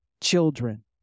Children